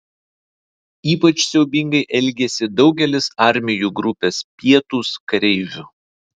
ypač siaubingai elgėsi daugelis armijų grupės pietūs kareivių